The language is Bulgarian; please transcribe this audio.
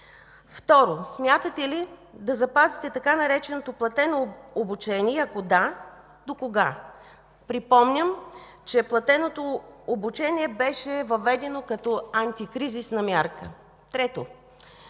Второ, смятате ли да запазите така нареченото „платено обучение” и ако да, докога? Припомням, че платеното обучение беше въведено като антикризисна мярка. Трето,